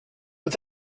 but